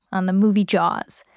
on the movie jaws.